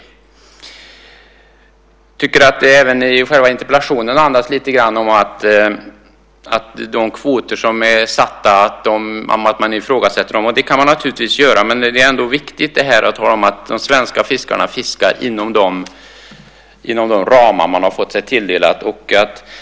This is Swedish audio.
Jag tycker även att det i själva interpellationen andas lite grann om att man ifrågasätter de kvoter som är satta. Det kan man naturligtvis göra. Men det är ändå viktigt att tala om att de svenska fiskarna fiskar inom de ramar som de har fått sig tilldelade.